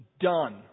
done